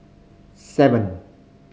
seven